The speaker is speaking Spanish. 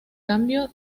fase